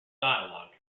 dialogue